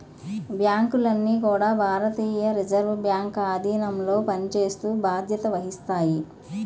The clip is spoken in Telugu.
బ్యాంకులన్నీ కూడా భారతీయ రిజర్వ్ బ్యాంక్ ఆధీనంలో పనిచేస్తూ బాధ్యత వహిస్తాయి